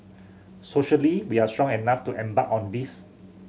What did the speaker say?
socially we are strong enough to embark on this